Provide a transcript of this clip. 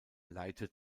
leitet